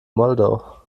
moldau